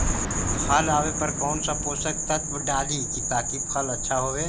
फल आबे पर कौन पोषक तत्ब डाली ताकि फल आछा होबे?